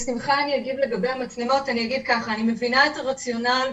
לגבי המצלמות אני אומר שאני מבינה את הרציונל,